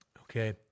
Okay